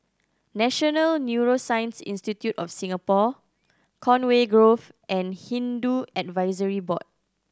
National Neuroscience Institute of Singapore Conway Grove and Hindu Advisory Board